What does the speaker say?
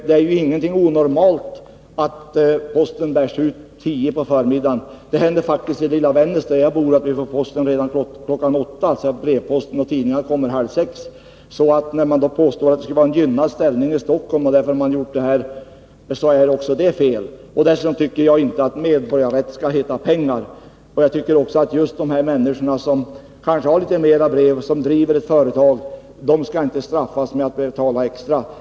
Det är inte något onormalt att posten bärs ut kl. 10 på förmiddagen. Det händer faktiskt i lilla Vännäs, där jag bor, att vi får brevposten redan kl. 8. Tidningarna kommer halv sex. Det är därför fel när man påstår att postverkets kunder i Stockholm skulle ha en gynnad ställning och att det är därför som man har startat denna försöksverksamhet. Dessutom tycker jag inte att medborgarrätt skall heta pengar. Just dessa människor, som kanske fårlitet fler brev till följd av att de driver ett företag, skall inte straffas med att behöva betala extra.